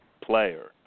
player